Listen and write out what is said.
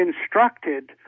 instructed